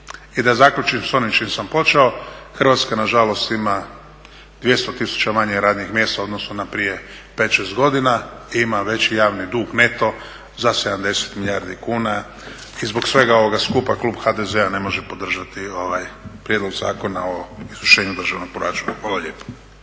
I da zaključim s onim s čim sam počeo, Hrvatska nažalost ima 200 tisuća radnih mjesta, odnosno na prije 5, 6 godina i ima veći javni dug neto za 70 milijardi kuna i zbog svega ovoga skupa, klub HDZ-a ne može podržati ovaj Prijedlog zakona o izvršenju državnog proračuna.